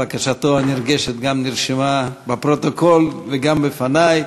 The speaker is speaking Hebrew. בקשתו הנרגשת נרשמה גם בפרוטוקול וגם בפני.